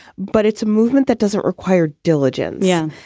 but it's a movement that doesn't require diligence. yeah.